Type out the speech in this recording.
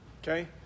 Okay